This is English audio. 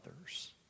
others